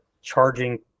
charging